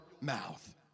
mouth